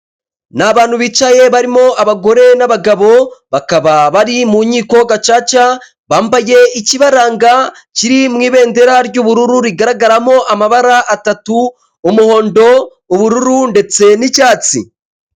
Ni abantu bicaye barimo abagore n'abagabo bakaba bari mu nkiko gacaca, bambaye ikibaranga kiri mu ibendera ry'ubururu rigaragaramo amabara atatu umuhondo, ubururu ndetse n'icyatsi.